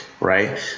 right